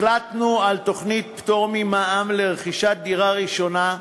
החלטנו על תוכנית פטור ממע"מ ברכישת דירה ראשונה,